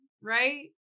right